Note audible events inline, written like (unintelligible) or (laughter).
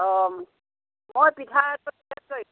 অ' মই পিঠা (unintelligible)